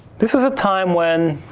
this is a time when